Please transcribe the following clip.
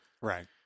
Right